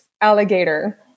alligator